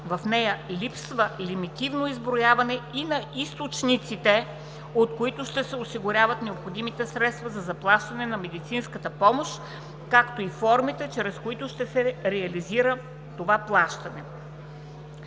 в нея липсва лимитативно изброяване и на източниците, от които ще се осигуряват необходимите средства за заплащането на медицинска помощ, както и формите, чрез които ще се реализира плащането.